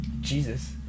Jesus